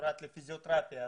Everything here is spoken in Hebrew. למדת לפיזיותרפיה עצמה?